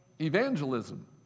Evangelism